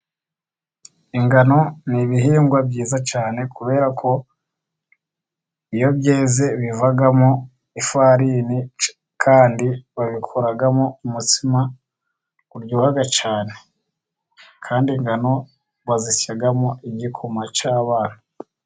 Ingano ni ibihingwa byiza cyane kubera ko iyo byeze bivamo ifarini, kandi babikuramo umutsima uryoha cyane, kandi ingano bazisyamo igikoma cy'abana.